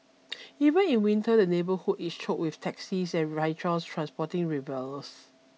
even in winter the neighbourhood is choked with taxis and rickshaws transporting revellers